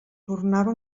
tornava